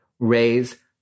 Raise